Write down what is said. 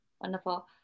Wonderful